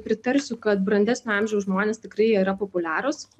pritarsiu kad brandesnio amžiaus žmonės tikrai yra populiarūs